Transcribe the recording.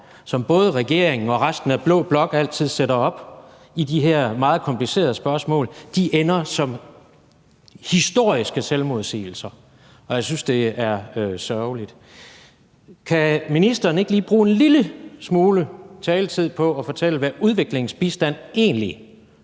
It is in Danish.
som både regeringen og resten af blå blok altid sætter op i de her meget komplicerede spørgsmål, ender som historiske selvmodsigelser, og jeg synes, det er sørgeligt. Kan ministeren ikke lige bruge en lille smule taletid på at fortælle, hvad udviklingsbistanden egentlig